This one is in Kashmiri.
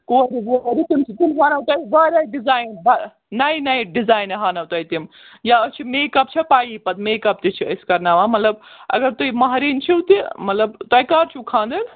کورِ وورِ تِم چھِ تِم تۄہہِ گۄڈے ڈِزایِن بَہ نَیہِ نَیہِ ڈِزاینہٕ ہانو تۄہہِ تِم یا أسۍ چھِ میٚکپ چھِ پیی پتہٕ میٚکپ تہِ چھِ أسۍ کرناوان مطلب اگر تُہۍ مہرِنۍ چھِو تہِ مطلب تۄہہِ کر چھُو خانٛدر